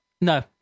No